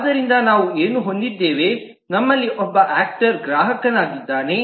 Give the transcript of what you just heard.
ಆದ್ದರಿಂದ ನಾವು ಏನು ಹೊಂದಿದ್ದೇವೆ ನಮ್ಮಲ್ಲಿ ಒಬ್ಬ ಆಕ್ಟರ್ ಗ್ರಾಹಕನಾಗಿದ್ದಾನೆ